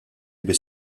bis